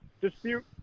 dispute